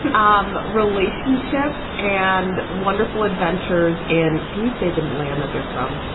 um relationships and wonderful adventures. and can you say the land that they're from?